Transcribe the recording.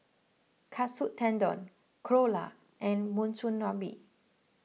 Katsu Tendon Dhokla and Monsunabe